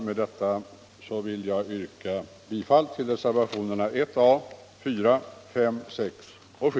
Med detta vill jag yrka bifall till reservationerna 1 a, 4,5, och 7;